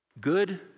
good